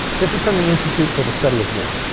this is from the institute for the study of war.